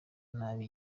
nabi